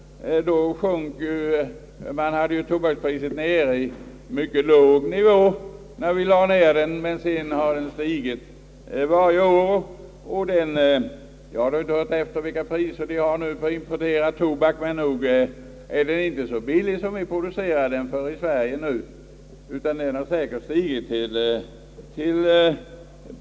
Då var tobakspriset lågt, men sedan har det stigit varje år. Jag har inte hört vilka priser man nu har på importerad tobak, men den är inte så billig som tobaken var när vi producerade den i Sverige, utan har säkert stigit avsevärt.